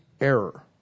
error